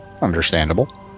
Understandable